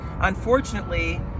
Unfortunately